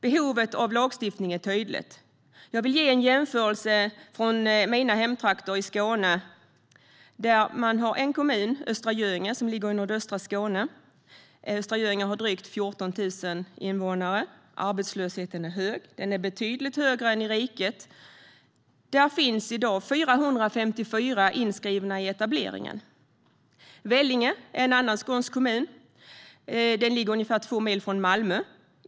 Behovet av lagstiftning är tydligt. Jag vill ge en jämförelse från mina hemtrakter i Skåne. Kommunen Östra Göinge som ligger i nordöstra Skåne har drygt 14 000 invånare. Arbetslösheten är hög. Den är betydligt högre än i riket. Där finns i dag 454 inskrivna i etableringen. Vellinge är en annan skånsk kommun. Den ligger ungefär två mil från Malmö.